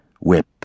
Whip